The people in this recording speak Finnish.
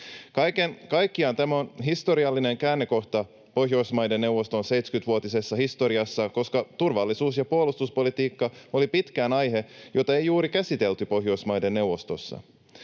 kaikkiaan tämä on historiallinen käännekohta Pohjoismaiden neuvoston 70-vuotisessa historiassa, koska turvallisuus- ja puolustuspolitiikka oli pitkään aihe, jota ei juuri käsitelty Pohjoismaiden neuvostossa.